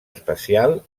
especial